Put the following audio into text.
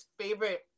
favorite